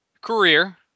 career